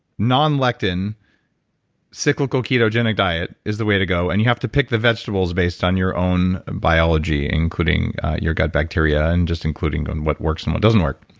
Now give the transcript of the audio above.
non-lectin cyclical ketogenic diet is the way to go. and you have to pick the vegetables based on your own biology including your gut bacteria and just including what works and what doesn't work.